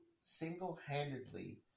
single-handedly